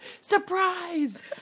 surprise